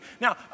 Now